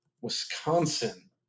Wisconsin